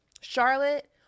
Charlotte